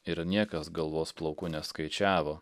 ir niekas galvos plaukų neskaičiavo